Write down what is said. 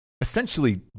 essentially